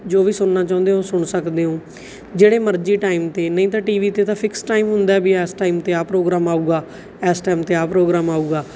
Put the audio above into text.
ਜੋ ਵੀ ਸੁਣਨਾ ਚਾਹੁੰਦੇ ਹੋ ਸੁਣ ਸਕਦੇ ਹੋ ਜਿਹੜੇ ਮਰਜ਼ੀ ਟਾਈਮ 'ਤੇ ਨਹੀਂ ਤਾਂ ਟੀ ਵੀ 'ਤੇ ਤਾਂ ਫਿਕਸ ਟਾਈਮ ਹੁੰਦਾ ਵੀ ਇਸ ਟਾਈਮ 'ਤੇ ਆਹ ਪ੍ਰੋਗਰਾਮ ਆਊਗਾ ਇਸ ਟਾਈਮ 'ਤੇ ਆਹ ਪ੍ਰੋਗਰਾਮ ਆਊਗਾ